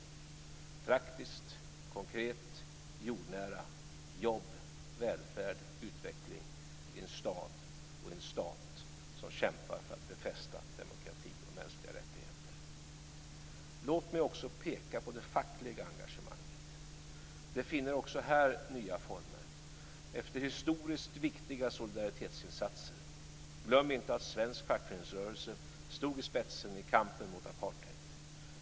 Det är fråga om något praktiskt, konkret, jordnära, jobb, välfärd och utveckling i en stad och stat som kämpar för att befästa demokrati och mänskliga rättigheter. Låt mig också peka på det fackliga engagemanget. Det finner också här nya former efter historiskt viktiga solidaritetsinsatser. Glöm inte att svensk fackföreningsrörelse stod i spetsen i kampen mot apartheid.